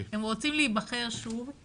הם רוצים להיבחר שוב.